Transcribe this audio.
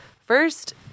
first